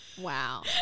Wow